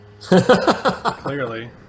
Clearly